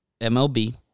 MLB